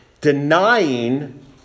denying